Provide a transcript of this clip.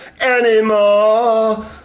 anymore